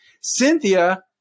Cynthia